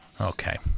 Okay